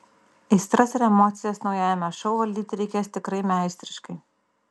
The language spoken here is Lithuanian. aistras ir emocijas naujajame šou valdyti reikės tikrai meistriškai